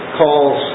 calls